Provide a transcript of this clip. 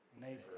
neighbor